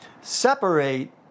separate